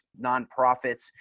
nonprofits